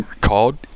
called